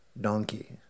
donkey